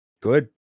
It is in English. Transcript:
Good